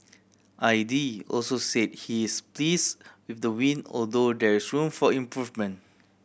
aide also said he is please with the win although there is room for improvement